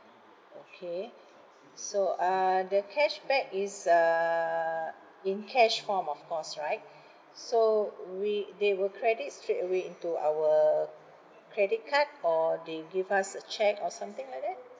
okay so uh the cashback is uh in cash form of course right so wi~ they will credit straightaway into our credit card or they'll give us a cheque or something like that